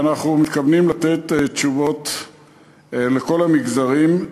אנחנו מתכוונים לתת תשובות לכל המגזרים.